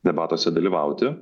debatuose dalyvauti